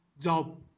job